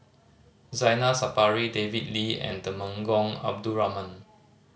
Zainal Sapari David Lee and Temenggong Abdul Rahman